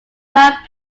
proud